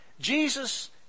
Jesus